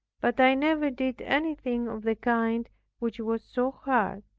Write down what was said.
but i never did anything of the kind which was so hard.